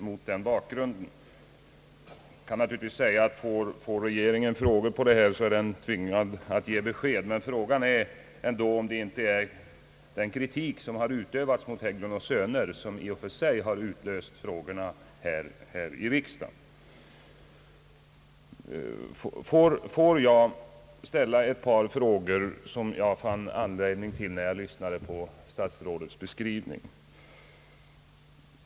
Man kan naturligtvis säga att om regeringen får frågor om detta, så är den tvingad att ge besked, men frågan är, om inte regeringens kritik mot Hägglund & Söner har utlöst frågorna här i riksdagen. Jag vill ställa ett par frågor som jag fann anledning till när jag åhörde statsrådets beskrivning.